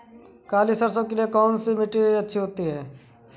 काली सरसो के लिए कौन सी मिट्टी अच्छी होती है?